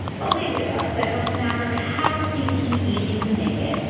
but we realize that no matter how seemingly easy we make it,